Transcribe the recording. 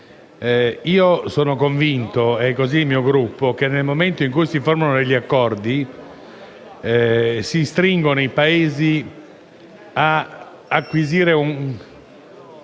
Io sono convinto, e così il mio Gruppo, che, nel momento in cui si firmano degli accordi, si costringono i Paesi a acquisire una